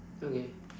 okay